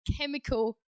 chemical